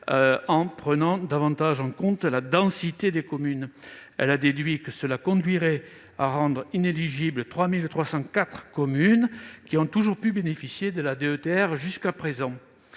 en prenant davantage en compte la densité des communes. Elle a montré que cela conduirait à rendre inéligibles 3 304 communes qui ont toujours pu bénéficier de la DETR jusqu'à présent.